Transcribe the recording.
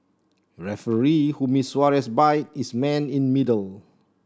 referee who missed Suarez bite is man in middle